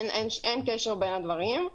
אין קשר בין הדברים.